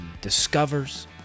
discovers